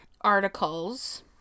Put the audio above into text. articles